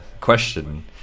question